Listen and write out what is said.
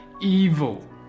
Evil